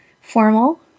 formal